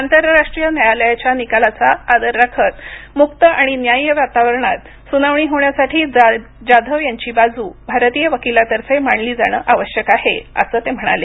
आंतरराष्ट्रीय न्यायालयाच्या निकालाचा आदर राखत मुक्त आणि न्याय्य वातावरणात सुनावणी होण्यासाठी जाधव यांची बाजू भारतीय वकिलातर्फे मांडली जाणं आवश्यक आहे असं ते म्हणाले